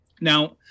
Now